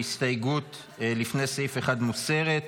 שההסתייגות לפני סעיף 1 מוסרת.